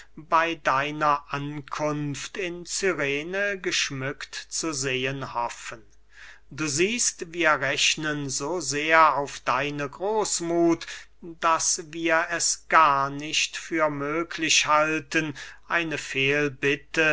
bey deiner ankunft in cyrene geschmückt zu sehen hoffen du siehst wir rechnen so sehr auf deine großmuth daß wir es gar nicht für möglich halten eine